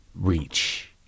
reach